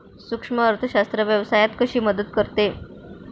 सूक्ष्म अर्थशास्त्र व्यवसायात कशी मदत करते?